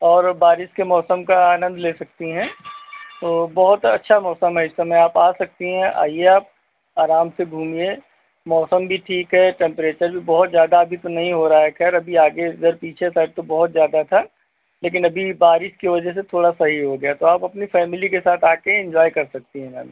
और बारिश के मौसम का आनंद ले सकती हैं तो बहुत अच्छा मौसम है इस समय आप आ सकती हैं आईए आप आराम से घूमिए मौसम भी ठीक है टेंपरेचर भी बहुत ज्यादा अभी तो नहीं हो रहा है खैर अभी आगे इधर पीछे साइड बहुत ज्यादा था लेकिन अभी बारिश की वजह से थोड़ा सही हो गया तो आप अपनी फैमिली के साथ आके इंजॉय कर सकती हैं मैम